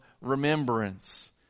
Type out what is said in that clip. remembrance